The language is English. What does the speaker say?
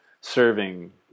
serving